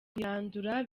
kuyirandura